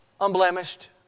unblemished